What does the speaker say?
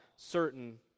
certain